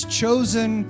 chosen